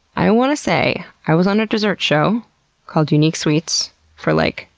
i wanna say, i was on a dessert show called unique sweets for like,